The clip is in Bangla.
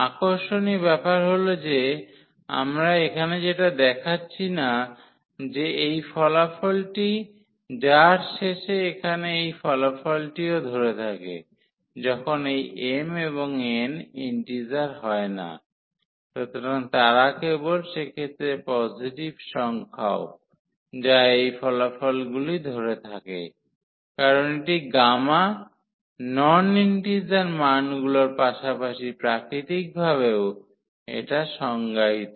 আকর্ষণীয় ব্যাপার হল যে আমরা এখানে যেটা দেখাচ্ছি না যে এই ফলাফলটি যার শেষে এখানে এই ফলাফলটিও ধরে থাকে যখন এই m এবং n ইন্টিজার হয় না সুতরাং তারা কেবল সেক্ষেত্রে পজিটিভ সংখ্যাও যা এই ফলাফলগুলি ধরে থাকে কারণ এটি গামা নন ইন্টিজার মানগুলির পাশাপাশি প্রাকৃতিকভাবেও এটা সংজ্ঞায়িত